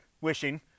wishing